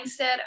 mindset